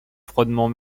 froidement